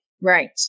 Right